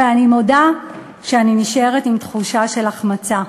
אבל אני מודה שאני נשארת עם תחושה של החמצה.